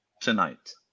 tonight